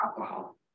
alcohol